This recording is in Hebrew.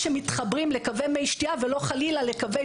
שמתחברים לקווי מי שתייה ולא חלילה לקווי